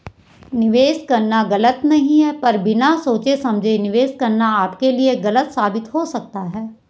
निवेश करना गलत नहीं है पर बिना सोचे समझे निवेश करना आपके लिए गलत साबित हो सकता है